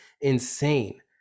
insane